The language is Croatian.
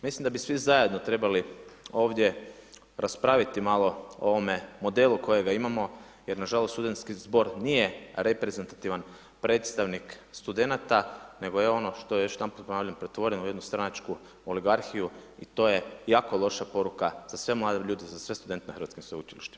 Mislim da bi svi zajedno trebali ovdje raspraviti malo o ovome modelu kojega imamo jer na žalost studentski zbor nije reprezentativan predstavnik studenata, nego je ono što još jednom ponavljam pretvoren u jednu stranačku oligarhiju i to je jako loša poruka za sve mlade ljude, za sve studente na hrvatskim sveučilištima.